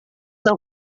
del